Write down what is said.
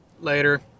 Later